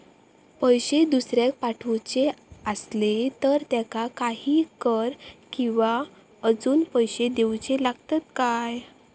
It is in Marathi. पैशे दुसऱ्याक पाठवूचे आसले तर त्याका काही कर किवा अजून पैशे देऊचे लागतत काय?